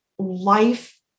life